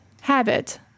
habit